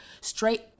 straight